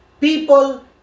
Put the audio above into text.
people